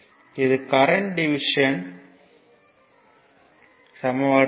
இது current division சமன்பாடு ஆகும்